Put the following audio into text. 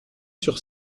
sur